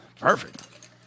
Perfect